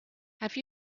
have